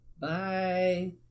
Bye